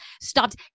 stopped